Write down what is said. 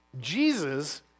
Jesus